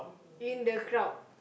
in the crowd